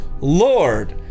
lord